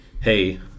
hey